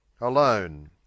alone